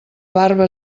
barba